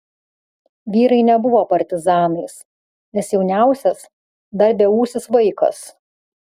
vyrai nebuvo partizanais nes jauniausias dar beūsis vaikas